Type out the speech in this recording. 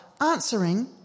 answering